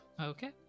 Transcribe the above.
Okay